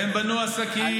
והם בנו עסקים.